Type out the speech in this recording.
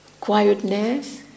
quietness